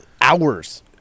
Hours